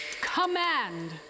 Command